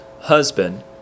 husband